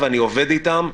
ואני עובד איתם,